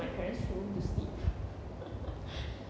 my parents' home to sleep